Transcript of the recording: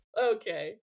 Okay